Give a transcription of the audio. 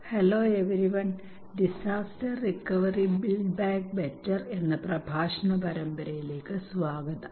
hello everyone disaster recovery build back better എന്ന പ്രഭാഷണ പരമ്പരയിലേക്ക് സ്വാഗതം